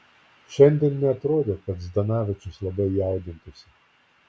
šiandien neatrodė kad zdanavičius labai jaudintųsi